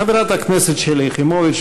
חברת הכנסת שלי יחימוביץ,